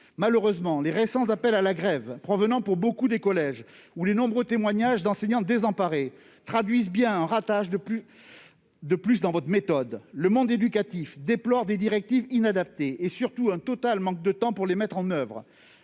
Malheureusement, les récents appels à la grève, provenant pour beaucoup des collèges, et les nombreux témoignages d'enseignants désemparés traduisent bien un ratage de plus dans votre méthode. Le monde éducatif déplore des directives inadaptées, et surtout un total manque de temps pour les mettre en oeuvre.